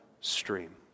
stream